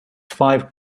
five